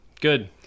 Good